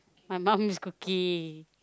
my mom's cooking